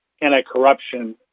anti-corruption